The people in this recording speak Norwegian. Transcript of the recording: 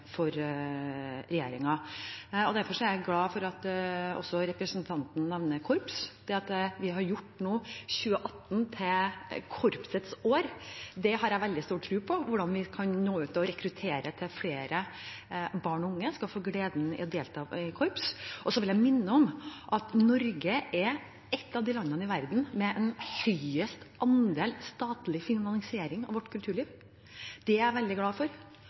Derfor er jeg glad for at representanten også nevner korps, for vi har nå gjort 2018 til Musikkorpsenes år. Det har jeg veldig stor tro på knyttet til hvordan vi kan nå ut til og rekruttere flere barn og unge som kan få gleden av å delta i korps. Så vil jeg minne om at Norge er et av de landene i verden med høyest andel statlig finansiering av kulturlivet. Det er jeg veldig glad for.